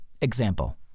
example